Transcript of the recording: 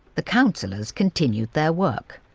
the councillors continued their work,